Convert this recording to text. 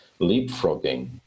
leapfrogging